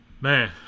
Man